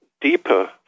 deeper